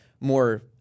more